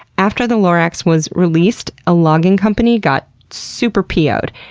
after the lorax was released, a logging company got super p o ed,